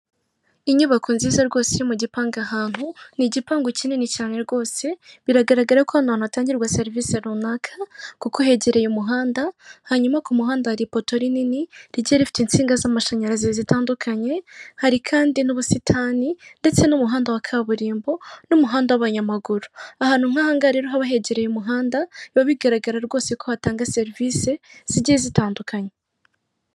Inyubako nziza rwose iri mu gipangu ahantu ni igipangu kinini cyane rwose biragaragara ko hano hantu hatangirwa serivisi runaka kuko hegereye umuhanda, hanyuma ku muhanda hari ipoto rinini rigiye rifite insinga z'amashanyarazi zitandukanye hari kandi n'ubusitani ndetse n'umuhanda wa kaburimbo n'umuhanda w'abanyamaguru ahantu nk'ahangaha rero haba hegereye umuhanda biba bigaragara rwose ko batanga serivisi zigiye zitandukanye.